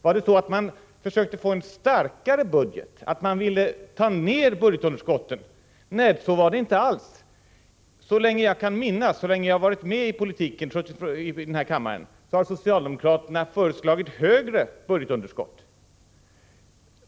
Var det så att de försökte få en starkare budget, att de ville ta ner budgetunderskotten? Nej, så var det inte alls. Så länge jag kan minnas och så länge jag har varit med i den här kammaren har socialdemokraterna föreslagit större budgetunderskott.